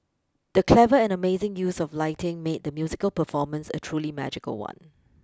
the clever and amazing use of lighting made the musical performance a truly magical one